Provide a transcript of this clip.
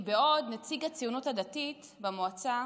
כי בעוד נציג הציונות הדתית במועצה